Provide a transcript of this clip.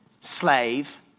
slave